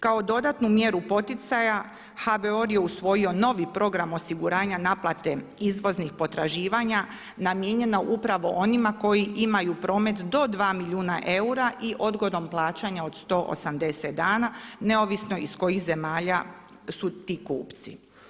Kao dodatnu mjeru poticaja HBOR je usvojio novi program osiguranja naplate izvoznih potraživanja namijenjena upravo onima koji imaju promet do 2 milijuna eura i odgodom plaćanja od 180 dana neovisno iz kojih zemalja su ti kupci.